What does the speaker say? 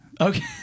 Okay